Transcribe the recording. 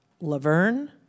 Laverne